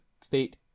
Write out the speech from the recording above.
state